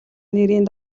нэрийн